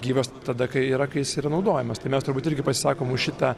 gyvas tada kai yra kai jis yra naudojamas tai mes turbūt irgi pasisakom už šitą